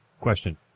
Question